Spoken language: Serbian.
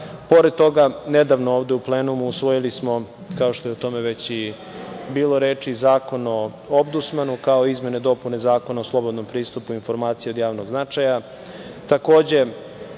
Pored toga, nedavno ovde u plenumu smo usvojili, kao što je o tome već bilo reči, Zakon o ombudsmanu, kao i izmene i dopune Zakona o slobodnom pristupu informacijama od javnog značaja.